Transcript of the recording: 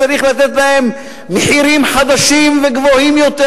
צריך לתת להם מחירים חדשים וגבוהים יותר.